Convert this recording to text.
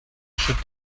should